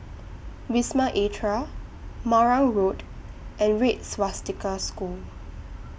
Wisma Atria Marang Road and Red Swastika School